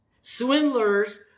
Swindlers